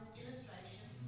illustration